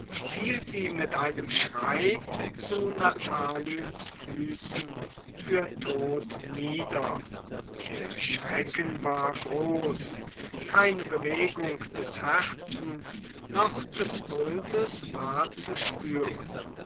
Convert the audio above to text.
fiel sie mit einem schrei zu nataliens füßen für tot nieder der schrecken war groß keine bewegung des herzens noch des pulses war zu spüren